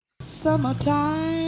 Summertime